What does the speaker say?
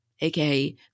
aka